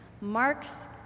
Mark's